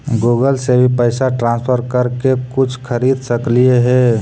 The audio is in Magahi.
गूगल से भी पैसा ट्रांसफर कर के कुछ खरिद सकलिऐ हे?